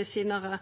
dei